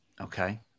Okay